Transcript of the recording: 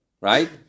right